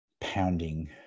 pounding